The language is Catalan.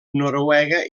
noruega